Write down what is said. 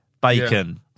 bacon